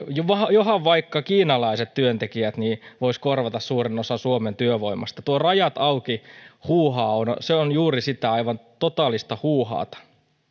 johan vaikka kiinalaiset työntekijät voisivat korvata suuren osan suomen työvoimasta tuo rajat auki huuhaa se on juuri sitä aivan totaalista huuhaata